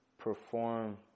Perform